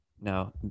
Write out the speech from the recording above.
No